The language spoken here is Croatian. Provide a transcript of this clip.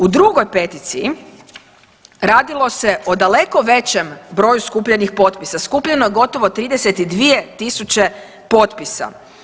U drugoj peticiji radilo se o daleko većem broju skupljenih potpisa, skupljeno je gotovo 32000 potpisa.